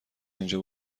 اینجا